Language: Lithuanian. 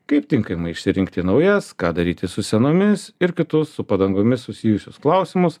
kaip tinkamai išsirinkti naujas ką daryti su senomis ir kitus su padangomis susijusius klausimus